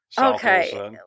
Okay